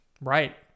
Right